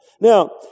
Now